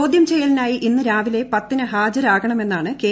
ചോദ്യം ചെയ്യലിനായി ഇന്ന് രാവിലെ പത്തിന് ഹാജരാകണമെന്നാണ് കെ